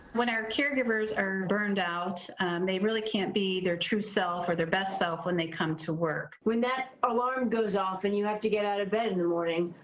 when our caregivers are burned out they really can't be their true self or their best self when they come to work when that alarm goes off and you have to get out of bed in the morning,